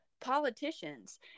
politicians